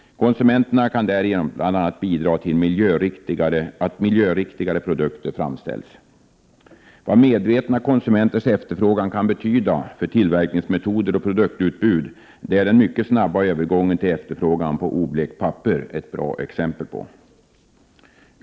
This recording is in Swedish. Konsumenterna kan därigenom bl.a. bidra till att miljöriktigare produkter framställs. Vad medvetna konsumenters efterfrågan kan betyda för tillverkningsmetoder och produktutbud är den mycket snabba övergången till efterfrågan på oblekt papper ett bra exempel på.